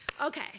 Okay